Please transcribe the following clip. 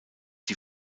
die